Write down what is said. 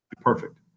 perfect